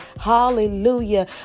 hallelujah